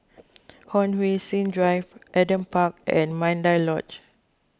Hon Sui Sen Drive Adam Park and Mandai Lodge